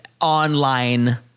online